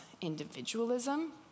individualism